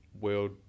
world